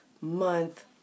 month